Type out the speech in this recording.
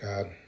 God